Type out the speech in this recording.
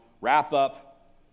wrap-up